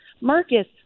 Marcus